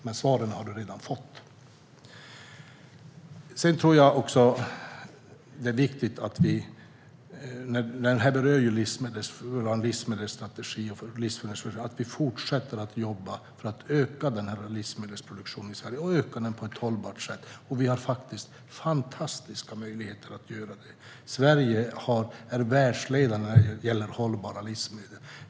Men svaren har han redan fått. Det här berör vår livsmedelsstrategi. Jag tror att det är viktigt att vi fortsätter att jobba för att öka livsmedelsproduktionen i Sverige, på ett hållbart sätt. Vi har fantastiska möjligheter att göra det. Sverige är världsledande när det gäller hållbara livsmedel.